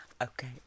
Okay